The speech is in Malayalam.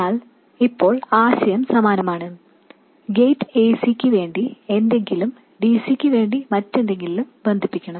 എന്നാൽ ഇപ്പോൾ ആശയം സമാനമാണ് ഗേറ്റ് acക്ക് വേണ്ടി എന്തെങ്കിലിലും dcക്ക് വേണ്ടി മറ്റെന്തെങ്കിലും ബന്ധിപ്പിക്കണം